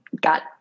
got